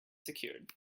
secured